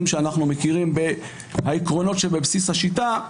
שאנחנו מכירים בעקרונות שהם בבסיס השיטה.